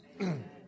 Amen